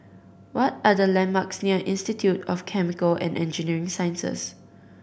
what are the landmarks near Institute of Chemical and Engineering Sciences